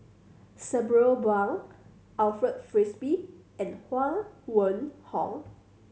Sabri Buang Alfred Frisby and Huang Wenhong